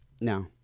No